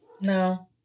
No